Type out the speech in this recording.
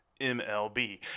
MLB